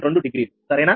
2 degree సరేనా